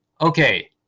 Okay